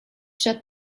shut